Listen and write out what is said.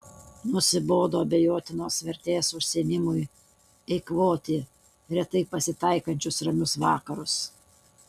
nusibodo abejotinos vertės užsiėmimui eikvoti retai pasitaikančius ramius vakarus